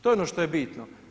To je ono što je bitno.